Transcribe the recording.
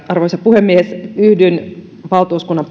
arvoisa puhemies yhdyn kiitoksiin valtuuskunnan